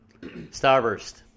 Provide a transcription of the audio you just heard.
Starburst